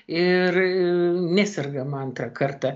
ir nesergam antrą kartą